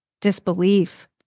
disbelief